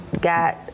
got